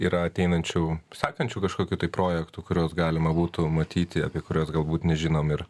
yra ateinančių sekančių kažkokių tai projektų kuriuos galima būtų matyti apie kuriuos galbūt nežinom ir